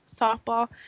softball